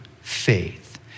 faith